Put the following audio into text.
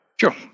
Sure